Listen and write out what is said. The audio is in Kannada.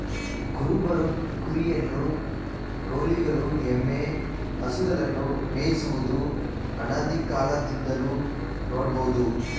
ಕುರುಬರು ಕುರಿಯನ್ನು, ಗೌಳಿಗಳು ಎಮ್ಮೆ, ಹಸುಗಳನ್ನು ಮೇಯಿಸುವುದು ಅನಾದಿಕಾಲದಿಂದಲೂ ನೋಡ್ಬೋದು